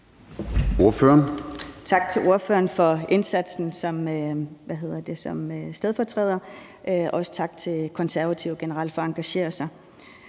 Tak til ordføreren for indsatsen som stedfortræder. Også tak til Konservative generelt for at engagere sig.